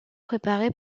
préparé